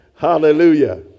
hallelujah